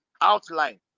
outline